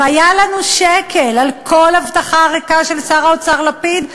אם היה לנו שקל על כל הבטחה ריקה של שר האוצר לפיד,